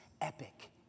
epic